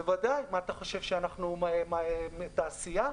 בוודאי, אנחנו לא תעשייה.